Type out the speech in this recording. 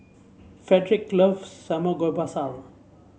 Fredrick loves Samgeyopsal